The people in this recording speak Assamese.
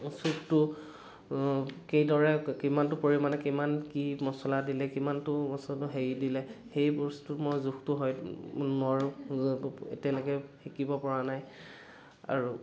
চুপটো কিদৰে কিমানটো পৰিমাণে কিমান কি মচলা দিলে কিমানটো মচলা হেৰি দিলে সেই বস্তু মই জোখটো হয়টো মই এতিয়ালেকে শিকিব পৰা নাই আৰু